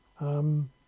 Um